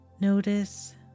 Notice